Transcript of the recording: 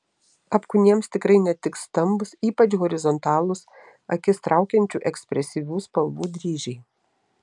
apkūniems tikrai netiks stambūs ypač horizontalūs akis traukiančių ekspresyvių spalvų dryžiai